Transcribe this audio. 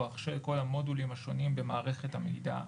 של כל המודולים השונים במערכת המידע.